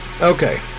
Okay